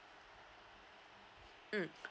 mm